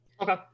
okay